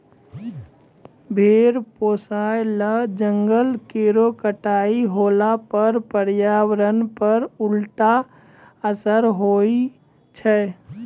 भेड़ पोसय ल जंगल केरो कटाई होला पर पर्यावरण पर उल्टा असर होय छै